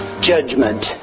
Judgment